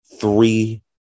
three